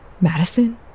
Madison